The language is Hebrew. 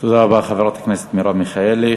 תודה רבה, חברת הכנסת מרב מיכאלי.